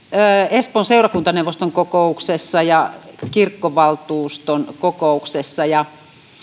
espoon seurakuntaneuvoston kokouksessa ja kirkkovaltuuston kokouksessa